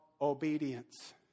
obedience